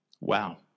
Wow